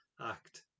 act